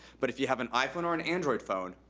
but if ya have an iphone or an android phone,